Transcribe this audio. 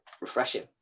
refreshing